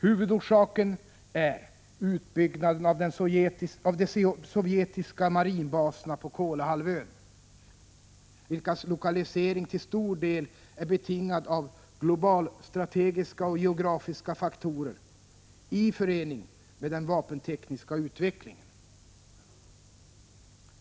Huvudorsaken är utbyggnaden av de sovjetiska marinbaserna på Kolahalvön, vilkas lokalisering till stor del är betingad av globalstrategiska och geografiska faktorer i förening med den vapentekniska utvecklingen.